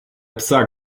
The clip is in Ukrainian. пса